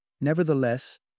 Nevertheless